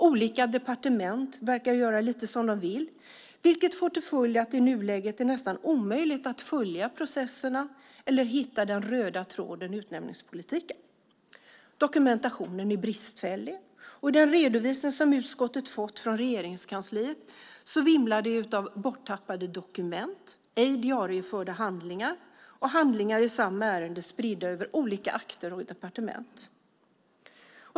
Olika departement verkar göra lite som de vill, vilket får till följd att det i nuläget är nästan omöjligt att följa processerna eller hitta den röda tråden i utnämningspolitiken. Dokumentationen är bristfällig, och i den redovisning som utskottet fått från Regeringskansliet vimlar det av borttappade dokument, ej diarieförda handlingar och handlingar i samma ärende spridda över olika akter och departement.